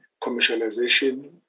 commercialization